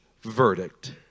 verdict